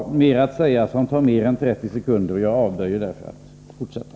Jag har mer att säga än vad som ryms inom 30 sekunder och avböjer därför att fortsätta.